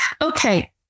okay